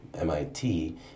MIT